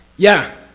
yeah!